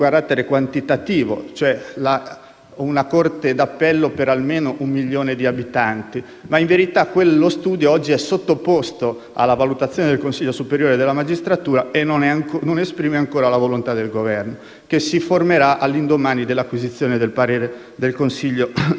(una corte d'appello per almeno un milione di abitanti). In verità, quello studio oggi è sottoposto alla valutazione del Consiglio superiore della magistratura e non esprime ancora la volontà del Governo, che si formerà all'indomani dell'acquisizione del parere di tale organo. Per quanto riguarda